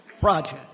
project